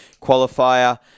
qualifier